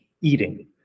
eating